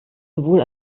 sowohl